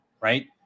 right